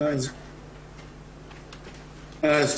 אז,